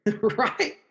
Right